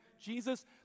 Jesus